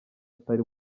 atari